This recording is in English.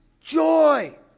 joy